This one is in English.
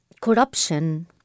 corruption